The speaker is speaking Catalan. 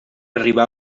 arribà